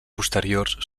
posteriors